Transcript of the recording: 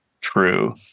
true